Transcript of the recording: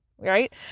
Right